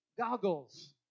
goggles